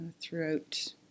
throughout